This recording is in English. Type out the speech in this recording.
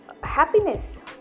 happiness